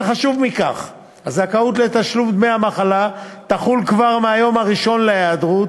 וחשוב מכך הזכאות לתשלום דמי המחלה תחול כבר מהיום הראשון להיעדרות,